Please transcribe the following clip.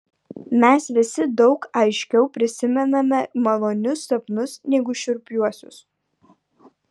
mes visi daug aiškiau prisimename malonius sapnus negu šiurpiuosius